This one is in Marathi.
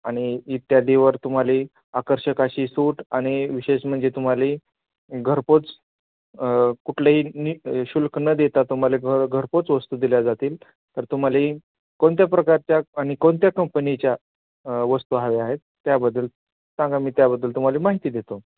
आणि इत्यादीवर तुम्हाला आकर्षक अशी सूट आणि विशेष म्हणजे तुम्हाला घरपोच कुठल्याही नि शुल्क न देता तुम्हाला घ घरपोच वस्तू दिल्या जातील तर तुम्हाला कोणत्या प्रकारच्या आणि कोणत्या कंपनीच्या वस्तू हव्या आहेत त्याबद्दल सांगा मी त्याबद्दल तुम्हाला माहिती देतो